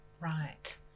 Right